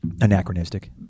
Anachronistic